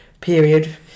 period